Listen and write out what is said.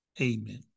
Amen